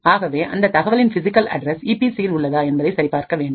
ஆகவே அந்த தகவலின் பிசிகல் அட்ரஸ் ஈபி சி இல் உள்ளதா என்பதை சரி பார்க்க வேண்டும்